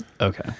Okay